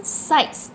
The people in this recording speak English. sights